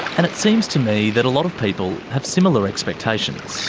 and it seems to me that a lot of people have similar expectations.